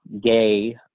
gay